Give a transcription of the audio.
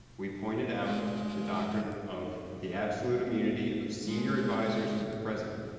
we pointed out the doctrine of the absolute immunity of senior advisors to the president.